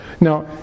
Now